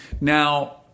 Now